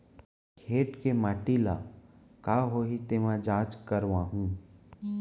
खेत के माटी ल का होही तेमा जाँच करवाहूँ?